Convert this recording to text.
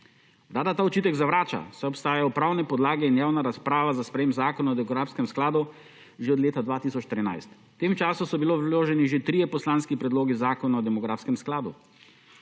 Vlada ta očitek zavrača, saj obstajajo pravne podlage in javna razprava za sprejem Zakona o demografskem skladu že od leta 2014. V tem času so bili vloženi že trije poslanski predlogi zakona o demografskem skladu.